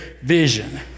vision